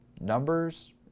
numbers